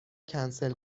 کنسل